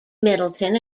middleton